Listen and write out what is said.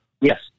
Yes